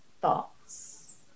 thoughts